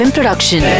Production